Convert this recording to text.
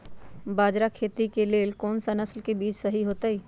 बाजरा खेती के लेल कोन सा नसल के बीज सही होतइ?